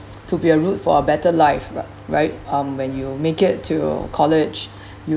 to be a route for a better life ri~ right um when you make it to college